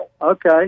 Okay